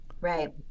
Right